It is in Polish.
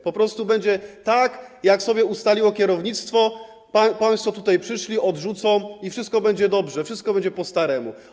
Po prostu będzie tak, jak sobie ustaliło kierownictwo, państwo tutaj przyszli, odrzucą projekt i wszystko będzie dobrze, wszystko będzie po staremu.